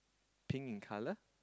pink in colour